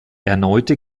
erneute